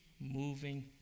moving